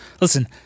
listen